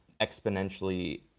exponentially